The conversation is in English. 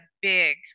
big